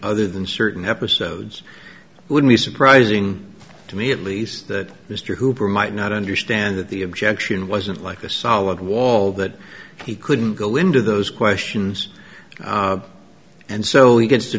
other than certain episodes would be surprising to me at least that mr hooper might not understand that the objection wasn't like a solid wall that he couldn't go into those questions and so he gets to